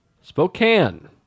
spokane